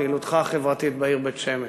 פעילותך החברתית בעיר בית-שמש,